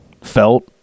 felt